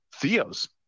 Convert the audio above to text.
Theo's